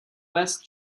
west